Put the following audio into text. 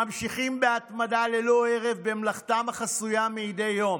וממשיכים בהתמדה ללא הרף במלאכתם החסויה מדי יום.